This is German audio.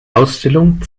ausstellung